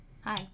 Hi